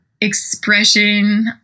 expression